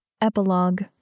Epilogue